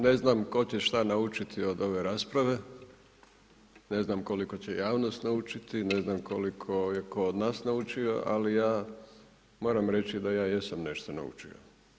Ne znam tko će šta naučiti iz ove rasprave, ne znam koliko će javnost naučiti, ne znam koliko je ko od nas naučio, ali ja moram reći, da ja jesam nešto naučio.